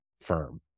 firm